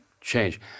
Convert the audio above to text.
change